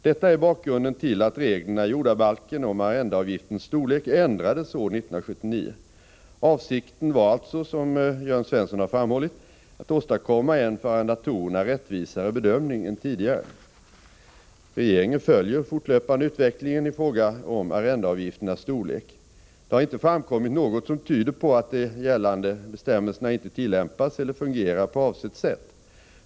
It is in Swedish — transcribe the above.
Detta är bakgrunden till att reglerna i jordabalken om arrendeavgiftens storlek ändrades år 1979. Avsikten var alltså, som Jörn Svensson har framhållit, att åstadkomma en för arrendatorerna rättvisare bedömning än tidigare. Regeringen följer fortlöpande utvecklingen i fråga om arrendeavgifternas storlek. Det har inte framkommit något som tyder på att de gällande bestämmelserna inte tillämpas eller fungerar på avsett sätt.